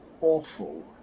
awful